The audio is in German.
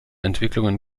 entwicklungen